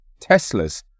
Teslas